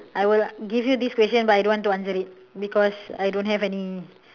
I will give you this question but I don't want to answer it because I don't have any